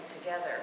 together